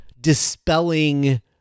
dispelling